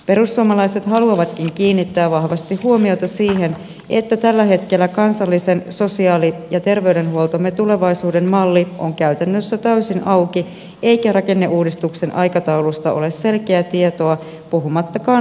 perussuomalaiset haluavatkin kiinnittää vahvasti huomiota siihen että tällä hetkellä kansallisen sosiaali ja terveydenhuoltomme tulevaisuuden malli on käytännössä täysin auki eikä rakenneuudistuksen aikataulusta ole selkeää tietoa puhumattakaan rahoitusmallista